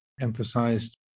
emphasized